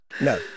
No